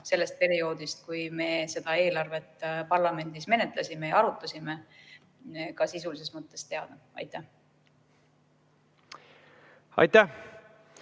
varasemast perioodist, kui me seda eelarvet parlamendis menetlesime ja arutasime, ka sisulises mõttes teada. Aitäh!